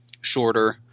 shorter